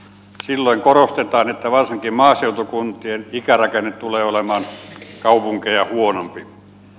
silloin korostetaan että varsinkin maaseutukuntien ikärakenne tulee olemaan kaupunkeja huonompi